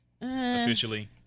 Officially